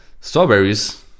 strawberries